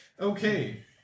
Okay